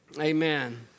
Amen